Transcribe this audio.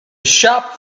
shop